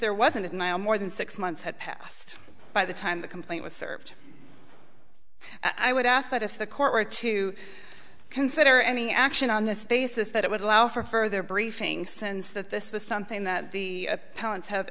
there wasn't and i am more than six months had passed by the time the complaint was served i would ask that if the court were to consider any action on this basis that it would allow for a further briefing since that this was something that the parents have